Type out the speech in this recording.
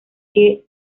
que